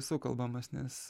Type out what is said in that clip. sukalbamas nes